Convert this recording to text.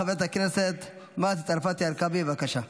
חברת הכנסת מטי צרפתי הרכבי, בבקשה.